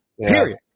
Period